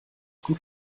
gut